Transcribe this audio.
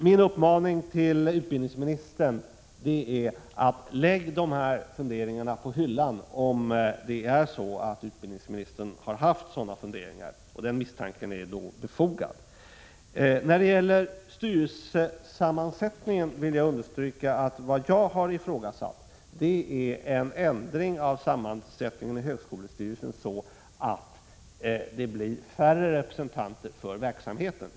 Min uppmaning till utbildningsministern är: Lägg dessa funderingar på hyllan, om utbildningsministern har haft sådana funderingar — och den misstanken är befogad. När det gäller styrelsesammansättningen vill jag understryka att vad jag har ifrågasatt är en ändring av högskolestyrelsens sammansättning, så att det blir färre representanter för verksamheten.